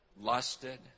lusted